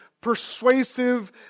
persuasive